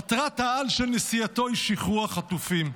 מטרת-העל של נסיעתו היא שחרור החטופים.